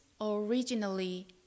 originally